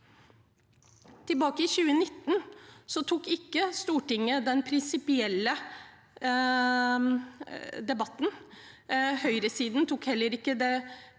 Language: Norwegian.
Tilbake i 2019 tok ikke Stortinget den prinsipielle debatten. Høyresiden tok heller ikke det